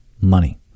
money